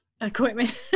equipment